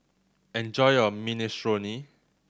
enjoy your Minestrone